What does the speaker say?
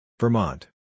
Vermont